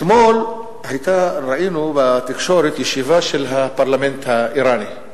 אתמול ראינו בתקשורת ישיבה של הפרלמנט האירני.